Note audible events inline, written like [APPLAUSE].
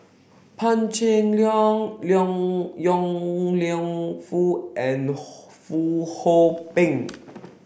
Pan Cheng Lui Yong Lew Foong [UNINTELLIGIBLE] Fong Hoe Beng